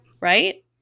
Right